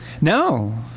No